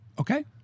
Okay